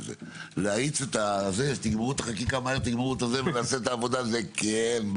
להאיץ את זה ושתגמרו את החקיקה מהר ונעשה את העבודה זה כן,